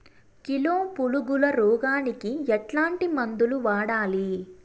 Kilo పులుగుల రోగానికి ఎట్లాంటి మందులు వాడాలి?